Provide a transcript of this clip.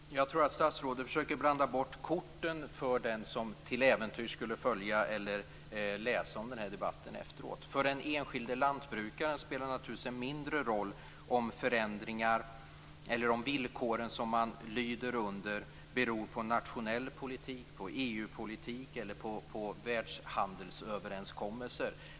Fru talman! Jag tror att statsrådet försöker blanda bort korten för den som till äventyrs följer debatten eller läser om den efteråt. För den enskilde lantbrukaren spelar det naturligtvis en mindre roll om villkoren som man lyder under beror på en nationell politik, EU-politik eller världshandelsöverenskommelser.